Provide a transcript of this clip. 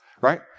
right